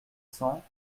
cents